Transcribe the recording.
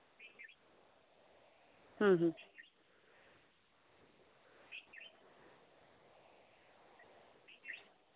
ᱦᱩᱸ ᱦᱩᱸ